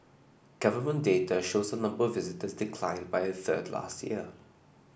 government data shows the number of visitor declined by a third last year